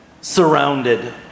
Surrounded